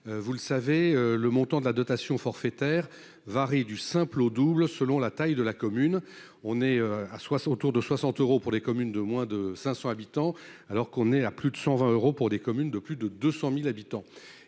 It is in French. vous le savez, le montant de la dotation forfaitaire varient du simple au double, selon la taille de la commune, on est à Soissons autour de 60 euros pour les communes de moins de 500 habitants alors qu'on est à plus de 120 euros pour des communes de plus de 200000 habitants